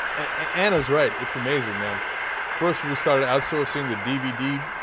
an israeli it's amazing man first we start outsourcing the dvd ah.